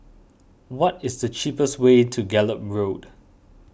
what is the cheapest way to Gallop Road